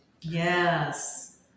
Yes